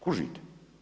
Kužite?